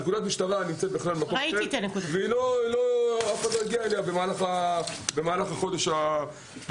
נקודת המשטרה נמצאת במקום אחר ואף אחד לא הגיע אליה במהלך החודש האחרון.